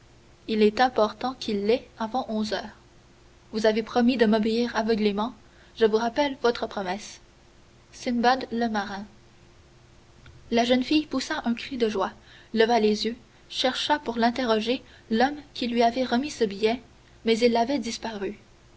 il est important qu'il l'ait avant onze heures vous avez promis de m'obéir aveuglement je vous rappelle votre promesse simbad le marin la jeune fille poussa un cri de joie leva les yeux chercha pour l'interroger l'homme qui lui avait remis ce billet mais il avait disparu